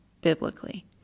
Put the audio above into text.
biblically